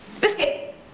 Biscuit